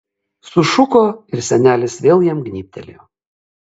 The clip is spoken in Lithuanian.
sušuko ir senelis vėl jam gnybtelėjo